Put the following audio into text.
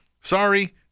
sorry